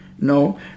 No